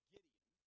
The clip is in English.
Gideon